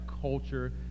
culture